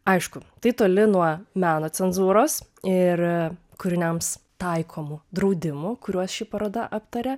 aišku tai toli nuo meno cenzūros ir kūriniams taikomų draudimų kuriuos ši paroda aptaria